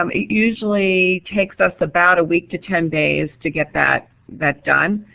um it usually takes us about a week to ten days to get that that done.